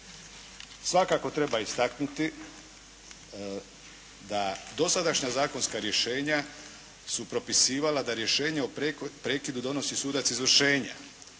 Svakako treba istaknuti da dosadašnja zakonska rješenja su propisivala da rješenja o prekidu donosi sudac izvršenja.